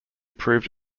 proved